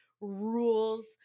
rules